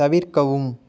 தவிர்க்கவும்